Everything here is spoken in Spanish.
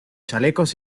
chalecos